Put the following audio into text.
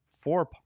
four